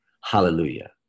hallelujah